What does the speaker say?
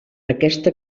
aquesta